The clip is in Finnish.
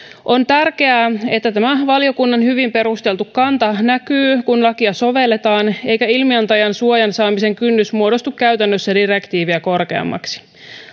on tärkeää että tämä valiokunnan hyvin perusteltu kanta näkyy kun lakia sovelletaan eikä ilmiantajan suojan saamisen kynnys muodostu käytännössä direktiiviä korkeammaksi